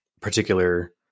particular